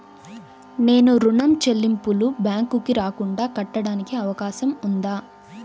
నేను ఋణం చెల్లింపులు బ్యాంకుకి రాకుండా కట్టడానికి అవకాశం ఉందా?